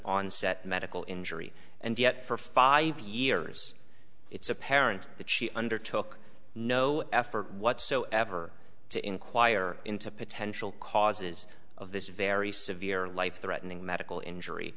onset medical injury and yet for five years it's apparent that she undertook no effort whatsoever to enquire into potential causes of this very severe life threatening medical injury